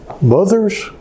mothers